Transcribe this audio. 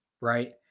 Right